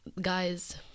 guys